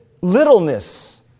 littleness